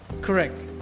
correct